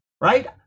right